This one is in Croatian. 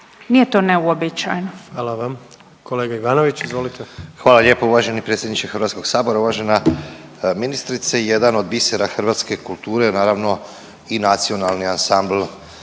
Nije to neuobičajeno.